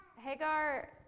Hagar